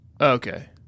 Okay